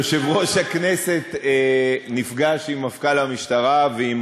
יושב-ראש הכנסת נפגש עם מפכ"ל המשטרה ועם